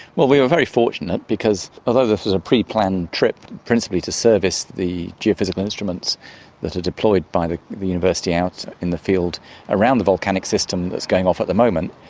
well, we were very fortunate because although this was a preplanned trip, principally to service the geophysical instruments that are deployed by the the university out in the field around the volcanic system that's going off at the moment,